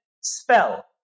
spell